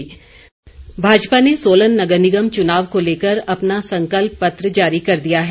संकल्प पत्र भाजपा ने सोलन नगर निगम चुनाव को लेकर अपना संकल्प पत्र जारी कर दिया है